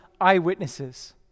eyewitnesses